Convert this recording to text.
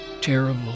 terrible